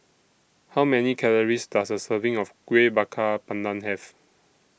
How Many Calories Does A Serving of Kuih Bakar Pandan Have